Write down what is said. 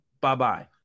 bye-bye